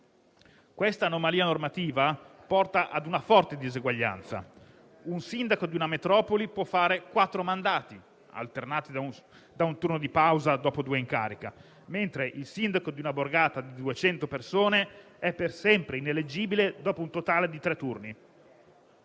Quest'anomalia normativa porta infatti a una forte diseguaglianza, in quanto il sindaco di una metropoli può essere eletto per quattro mandati, alternati da un turno di pausa dopo due in carica, mentre il sindaco di un Comune di 200 persone è per sempre ineleggibile dopo un totale di tre turni.